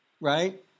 right